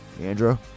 Andrew